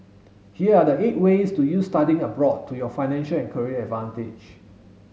here are the eight ways to use studying abroad to your financial and career advantage